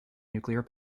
nuclear